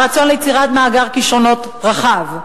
הרצון ליצירת מאגר כשרונות רחב,